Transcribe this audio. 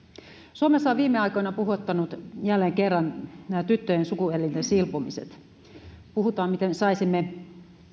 suomessa ovat viime aikoina puhuttaneet jälleen kerran tyttöjen sukuelinten silpomiset puhutaan miten saisimme